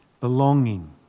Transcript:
belonging